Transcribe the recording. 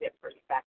perspective